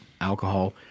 alcohol